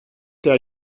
der